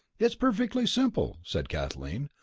it's perfectly simple, said kathleen.